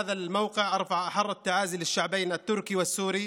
מהמקום הזה אני שולח את תנחומיי החמים לעם הטורקי ולעם הסורי